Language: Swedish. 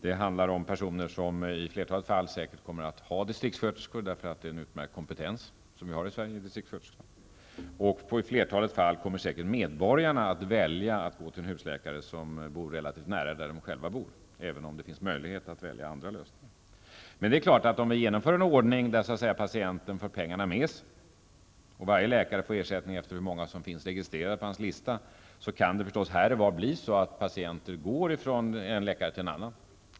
Det handlar om personer som i flertalet fall säkert kommer att ha distriktssköterskor, därför att det är en utmärkt kompetens som vi har i Sverige. I flertalet fall kommer säkert medborgarna att välja att gå till en husläkare som bor relativt nära deras egen bostad, även om det finns möjlighet att välja andra lösningar. Men det är klart att om vi genomför en ordning där patienten så att säga för pengarna med sig och varje läkare får ersättning efter hur många som finns registrerade på hans lista kan det naturligtvis här och var bli så att patienter går från en läkare till en annan.